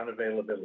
unavailability